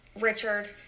Richard